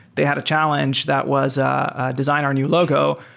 they had a challenge that was ah design our new logo.